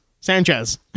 Sanchez